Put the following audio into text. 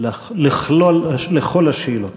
על כל השאלות.